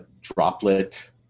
droplet